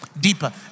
deeper